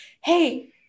hey